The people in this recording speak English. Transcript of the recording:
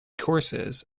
courses